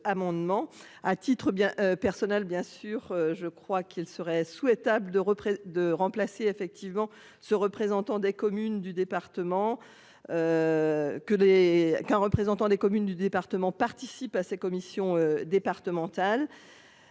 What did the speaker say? à titre bien personnel bien sûr, je crois qu'il serait souhaitable de reprise de remplacer effectivement ce représentant des communes du département. Que les qu'un représentant des communes du département participent à ces commissions départementales.